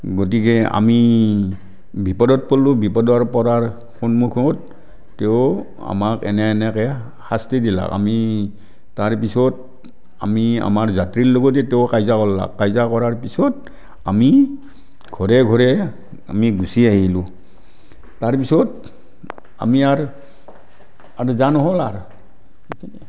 গতিকে আমি বিপদত পৰিলোঁ বিপদত পৰাৰ সন্মুখত তেওঁ আমাক এনে এনেকৈ শাস্তি দিলাক আমি তাৰপিছত আমি আমাৰ যাত্ৰীৰ লগতে তেওঁ কাজিয়া কৰলাক কাজিয়া কৰাৰ পিছত আমি ঘৰে ঘৰে আমি গুচি আহিলোঁ তাৰপিছত আমি আৰু আৰু যোৱা নহ'ল আৰু